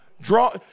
draw